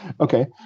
Okay